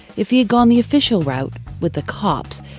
if he had gone the official route with the cops,